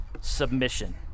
submission